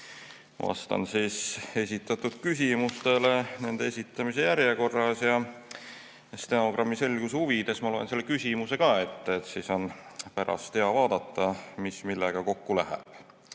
Vastan esitatud küsimustele nende esitamise järjekorras. Stenogrammi selguse huvides ma loen küsimuse ka ette, siis on pärast hea vaadata, mis millega kokku läheb.